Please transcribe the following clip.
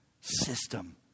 system